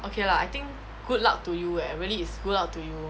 okay lah I think good luck to you eh really is good luck to you